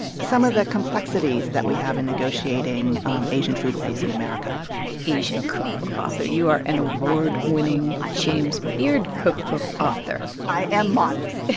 some of the complexities that we have in negotiating asian foodways in america asian cookbook author you are an award-winning james beard cookbook author i am modest